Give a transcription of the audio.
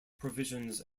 provisions